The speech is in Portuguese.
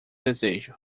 desejo